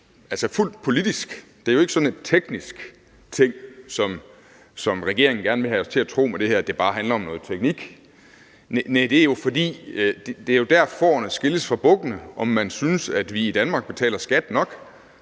er fuldt politisk. Det her er jo ikke en teknisk ting, sådan som regeringen gerne vil have os til at tro, nemlig at det her bare handler om noget teknik. Nej, det er jo der, fårene skilles fra bukkene, nemlig om man synes, at vi betaler skat nok